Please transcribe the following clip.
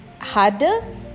harder